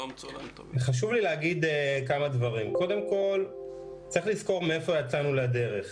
חשוב לי להגיד כמה דברים: קודם כול צריך לזכור מאיפה יצאנו לדרך.